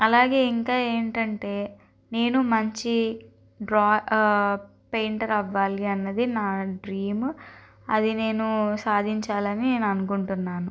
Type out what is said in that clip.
అలాగే ఇంకా ఏంటంటే నేను మంచి డ్రా పెయింటర్ అవ్వాలి అన్నది నా డ్రీమ్ అది నేను సాధించాలని నేను అనుకుంటున్నాను